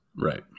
right